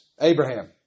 Abraham